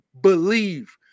Believe